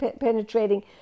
penetrating